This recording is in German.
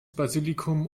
basilikum